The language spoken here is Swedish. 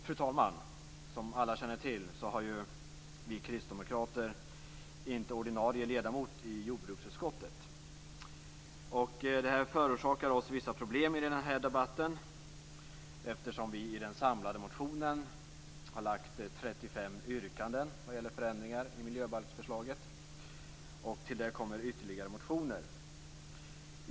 Fru talman! Som alla känner till har vi kristdemokrater inte någon ordinarie ledamot i jordbruksutskottet. Det förorsakar oss vissa problem i den här debatten eftersom vi i den samlade motionen har 35 yrkanden om förändringar i miljöbalksförslaget. Därtill kommer ytterligare motioner.